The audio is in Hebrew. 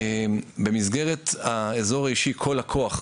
במסגרת האזור האישי כל לקוח,